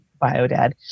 bio-dad –